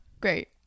great